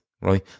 right